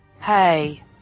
Hey